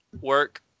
work